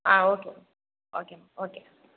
okay okay okay